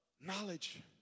knowledge